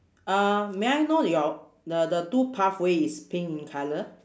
uh may I know your the the two pathway is pink in colour